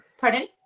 Pardon